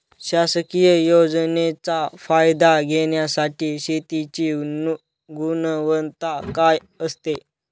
शासकीय योजनेचा फायदा घेण्यासाठी शेतीची गुणवत्ता काय असते?